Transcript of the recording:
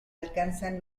alcanzan